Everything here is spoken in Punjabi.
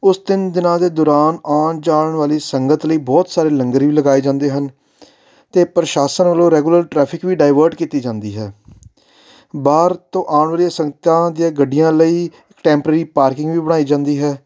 ਉਸ ਤਿੰਨ ਦਿਨਾਂ ਦੇ ਦੌਰਾਨ ਆਉਣ ਜਾਣ ਵਾਲੀ ਸੰਗਤ ਲਈ ਬਹੁਤ ਸਾਰੇ ਲੰਗਰ ਵੀ ਲਗਾਏ ਜਾਂਦੇ ਹਨ ਅਤੇ ਪ੍ਰਸ਼ਾਸਨ ਵੱਲੋਂ ਰੈਗੂਲਰ ਟਰੈਫਿਕ ਵੀ ਡਾਇਵਰਟ ਕੀਤੀ ਜਾਂਦੀ ਹੈ ਬਾਹਰ ਤੋਂ ਆਉਣ ਵਾਲੀਆਂ ਸੰਗਤਾਂ ਦੀਆਂ ਗੱਡੀਆਂ ਲਈ ਟੈਂਪਰੇਰੀ ਪਾਰਕਿੰਗ ਵੀ ਬਣਾਈ ਜਾਂਦੀ ਹੈ